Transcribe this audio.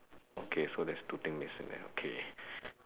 okay so that's two thing missing there okay